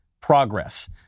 progress